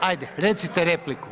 Hajde, recite repliku.